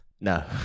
No